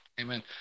Amen